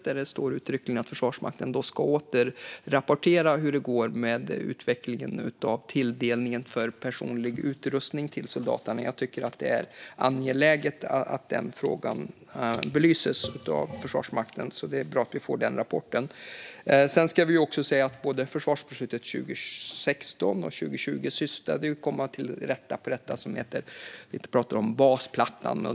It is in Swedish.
Där står uttryckligen att Försvarsmakten ska återrapportera hur det går med utvecklingen av tilldelningen av personlig utrustning till soldaterna. Det är angeläget att den frågan belyses av Försvarsmakten. Det är bra att vi får rapporten. Båda försvarsbesluten 2016 och 2020 syftade till att komma till rätta med det som kallas basplattan.